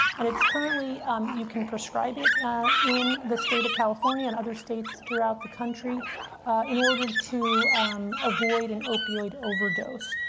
and it's currently um you can prescribe it in the state of california and other states throughout the country in order to avoid an opioid overdose.